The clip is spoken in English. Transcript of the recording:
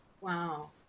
wow